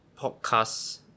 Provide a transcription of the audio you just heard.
podcast